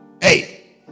Hey